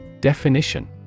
Definition